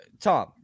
Tom